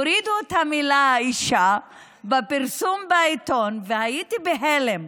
הורידו את המילה אישה בפרסום בעיתון, והייתי בהלם.